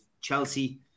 Chelsea